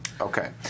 Okay